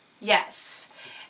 Yes